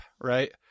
right